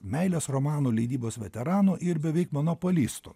meilės romanų leidybos veteranų ir beveik monopolistų